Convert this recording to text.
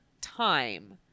time